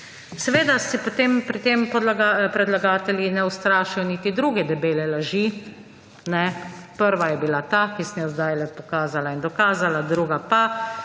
Seveda si potem pri tem predlagatelji ne ustrašijo niti druge debele laži. Prva je bila ta, ki sem jo zdajle pokazala in dokazala, druga pa,